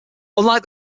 unlike